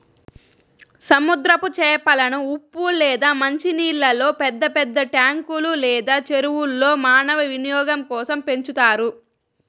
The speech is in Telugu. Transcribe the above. సముద్రపు చేపలను ఉప్పు లేదా మంచి నీళ్ళల్లో పెద్ద పెద్ద ట్యాంకులు లేదా చెరువుల్లో మానవ వినియోగం కోసం పెంచుతారు